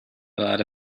but